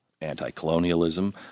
anti-colonialism